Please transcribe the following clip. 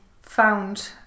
found